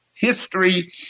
history